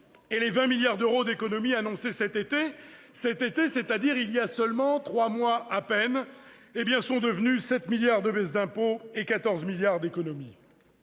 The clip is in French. et les 20 milliards d'euros d'économies annoncés cet été, c'est-à-dire voilà trois mois à peine, sont devenus 7 milliards de baisses d'impôts et 14 milliards d'économies.